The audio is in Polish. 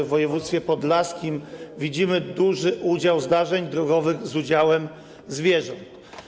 W województwie podlaskim widzimy też duży udział zdarzeń drogowych z udziałem zwierząt.